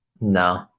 No